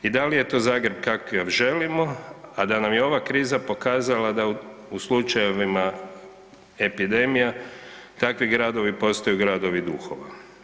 I da li je to Zagreb kakav želimo, a da nam je ova kriza pokazala da u slučajevima epidemija takvi gradovi postaju, gradovi duhova.